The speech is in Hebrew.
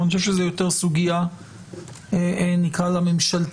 אבל אני חושב שזאת יותר סוגיה שנקרא לה ממשלתית.